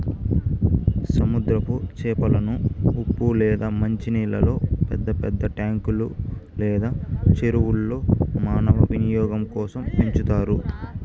సముద్రపు చేపలను ఉప్పు లేదా మంచి నీళ్ళల్లో పెద్ద పెద్ద ట్యాంకులు లేదా చెరువుల్లో మానవ వినియోగం కోసం పెంచుతారు